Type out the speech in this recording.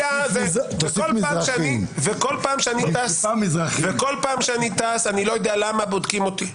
וכל פעם שאני טס, אני לא יודע למה בודקים אותי.